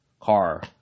car